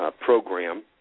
program